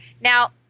Now